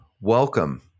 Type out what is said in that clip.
welcome